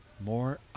more